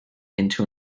into